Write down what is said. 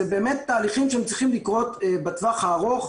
זה באמת תהליכים שצריכים להתקיים בטווח הארוך,